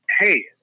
Hey